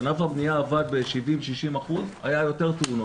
כשענף הבנייה עבד ב-70%-60% היו יותר תאונות.